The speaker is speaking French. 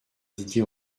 didier